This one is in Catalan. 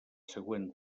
següent